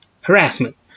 harassment